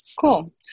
Cool